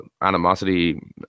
animosity